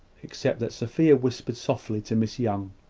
except that sophia whispered softly to miss young,